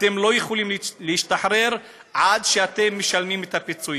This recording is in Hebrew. אתם לא יכולים להשתחרר עד שאתם משלמים את הפיצויים.